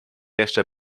jeszcze